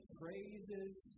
praises